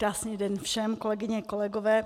Krásný den všem, kolegyně, kolegové.